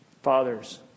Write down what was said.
Fathers